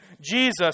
Jesus